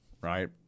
right